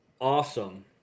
awesome